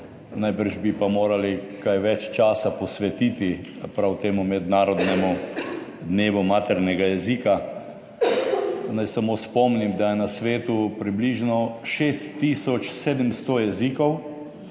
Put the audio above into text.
najbrž bi pa morali kaj več časa posvetiti prav temu mednarodnemu dnevu maternega jezika. Naj samo spomnim, da je na svetu približno 6 tisoč 700 jezikov,